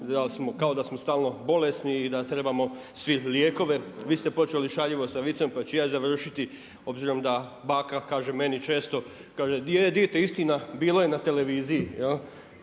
kao da smo stalno bolesni i da trebamo svi lijekove. Vi ste počeli šaljivo sa vicem pa ću i ja završiti obzirom da baka kaže meni često, kaže je dite istina je bilo je na televiziji.